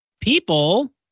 people